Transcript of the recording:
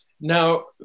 Now